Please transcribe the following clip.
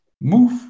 move